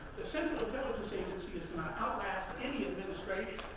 the central intelligence agency does not outlast any administration.